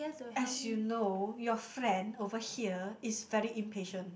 as you know your friend over here is very impatient